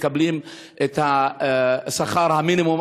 מקבלים את שכר המינימום,